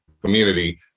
community